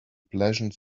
pleasant